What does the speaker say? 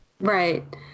right